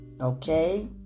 Okay